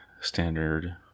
standard